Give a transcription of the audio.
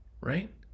right